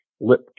lip